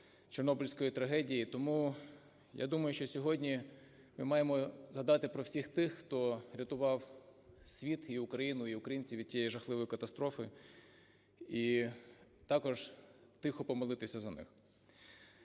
Чорнобильської трагедії. Тому я думаю, що сьогодні ми маємо згадати про всіх тих, хто рятував світ і Україну, і українців від тієї жахливої катастрофи, і також тихо помолитися за них.